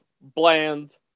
bland